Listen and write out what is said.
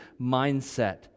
mindset